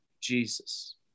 Jesus